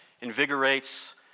invigorates